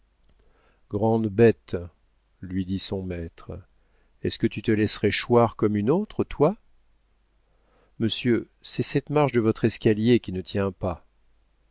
grande bête lui dit son maître est-ce que tu te laisserais choir comme une autre toi monsieur c'est cette marche de votre escalier qui ne tient pas